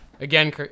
Again